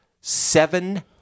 seven